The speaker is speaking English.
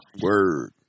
Word